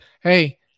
hey